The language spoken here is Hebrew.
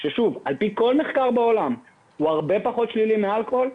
שעל פי כל מחקר בעולם הרבה פחות שלילי מאלכוהול.